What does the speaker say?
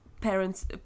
parents